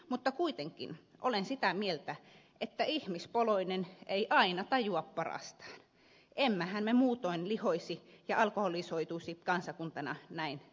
mutta kuitenkin olen sitä mieltä että ihmispoloinen ei aina tajua parastaan emmehän me muutoin lihoisi ja alkoholisoituisi kansakuntana näin vahvasti